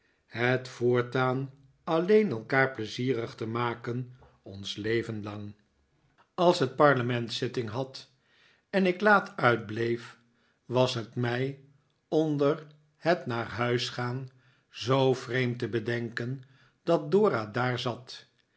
het voortaan alleen elkaar pleizierig te maken ons leven lang de vreeselijke mary anne als het parlement zitting had en ik laat uitbleef was het mij onder het naar huis gaan zoo vreemd te bedenken dat dora daar zat